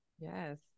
Yes